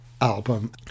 album